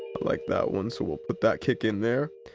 like that one, so we'll put that kick in there.